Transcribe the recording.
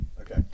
Okay